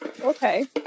Okay